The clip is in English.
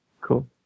cool